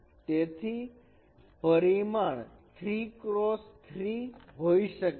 તેથી પરિમાણ 3 ક્રોસ 3 હોઈ શકે છે